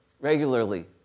regularly